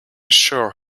sure